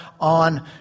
on